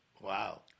Wow